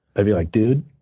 be like dude,